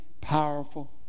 powerful